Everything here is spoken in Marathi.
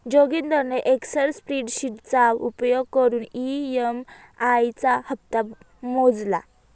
जोगिंदरने एक्सल स्प्रेडशीटचा उपयोग करून ई.एम.आई चा हप्ता मोजला